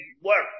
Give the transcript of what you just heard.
work